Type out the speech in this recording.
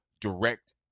direct